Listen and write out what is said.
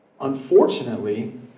Unfortunately